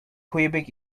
quebec